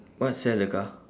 what sell the car